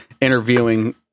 interviewing